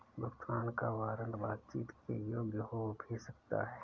भुगतान का वारंट बातचीत के योग्य हो भी सकता है